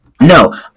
no